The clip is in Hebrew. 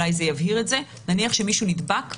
נניח שמישהו נדבק במטוס.